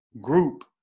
group